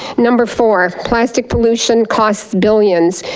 number four plastic pollution costs billions.